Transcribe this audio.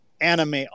anime